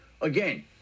again